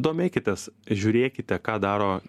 domėkitės žiūrėkite ką daro